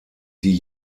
die